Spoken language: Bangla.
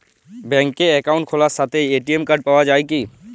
ব্যাঙ্কে অ্যাকাউন্ট খোলার সাথেই এ.টি.এম কার্ড পাওয়া যায় কি?